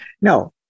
No